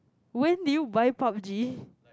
when did you buy Pub-G